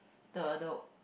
the the